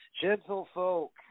gentlefolk